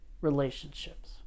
relationships